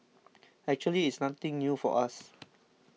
actually it's nothing new for us